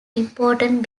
important